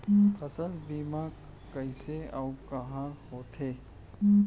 फसल बीमा कइसे अऊ कहाँ होथे?